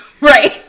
Right